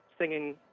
singing